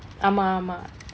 ஆமா ஆமா:aamaa aamaa